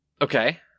Okay